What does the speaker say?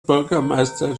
bürgermeister